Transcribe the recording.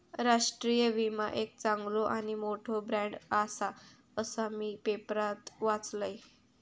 राष्ट्रीय विमा एक चांगलो आणि मोठो ब्रँड आसा, असा मी पेपरात वाचलंय